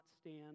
stand